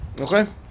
Okay